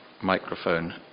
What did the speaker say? microphone